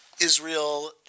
Israel